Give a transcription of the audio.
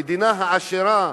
המדינה העשירה,